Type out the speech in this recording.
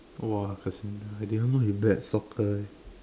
!wah! Cassandra I didn't know you bet soccer eh